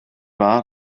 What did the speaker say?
wahr